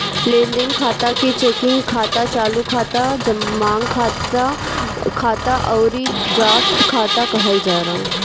लेनदेन खाता के चेकिंग खाता, चालू खाता, मांग जमा खाता अउरी ड्राफ्ट खाता कहल जाला